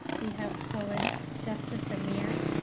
we have poets justice ameer,